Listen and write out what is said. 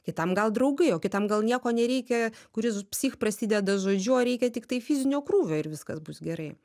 kitam gal draugai o kitam gal nieko nereikia kuris psich prasideda žodžiu ar reikia tiktai fizinio krūvio ir viskas bus gerai